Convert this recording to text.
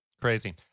Crazy